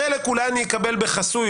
חלק אולי אקבל בחסוי,